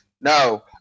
No